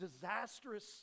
disastrous